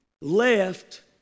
left